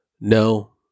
No